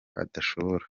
adashobora